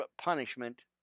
punishment